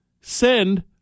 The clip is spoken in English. send